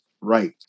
right